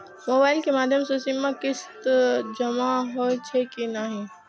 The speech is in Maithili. मोबाइल के माध्यम से सीमा किस्त जमा होई छै कि नहिं?